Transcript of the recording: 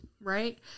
Right